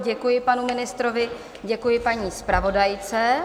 Děkuji panu ministrovi, děkuji paní zpravodajce.